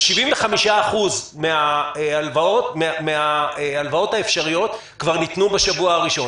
ו-75% מההלוואות האפשריות כבר ניתנו בשבוע הראשון.